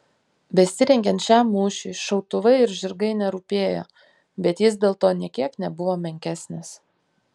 besirengiant šiam mūšiui šautuvai ir žirgai nerūpėjo bet jis dėl to nė kiek nebuvo menkesnis